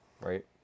right